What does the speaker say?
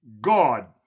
God